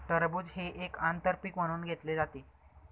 टरबूज हे एक आंतर पीक म्हणून घेतले जाते